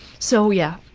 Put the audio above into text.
so yeah.